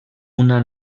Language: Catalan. una